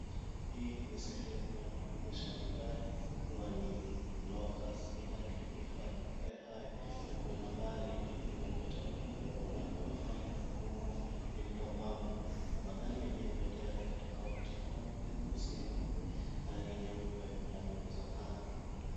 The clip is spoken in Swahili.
Hii ni sehemu yanayoegezwa magari kwani locus mahali pakuhifadhi magari haya na kuna nambari iliyo kwenye ukuta huo na ghorofa kubwa lililopambwa na magari yenyewe yaliyo ya rangi tofauti kama vile nyeusi, nyekundu na rangi nyeupe yameegezwa kando.